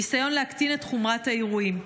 ניסיון להקטין את חומרת האירועים.